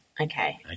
Okay